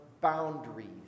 boundaries